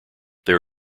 there